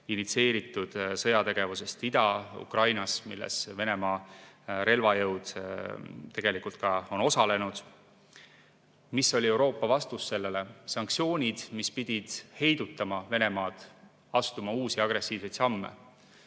initsieeritud sõjategevusega Ida-Ukrainas, milles Venemaa relvajõud tegelikult ka on osalenud. Mis oli Euroopa vastus sellele? Sanktsioonid, mis pidid heidutama Venemaad astuma uusi agressiivseid samme.